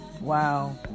wow